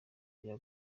rya